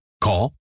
Call